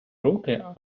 руки